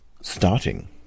Starting